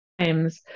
times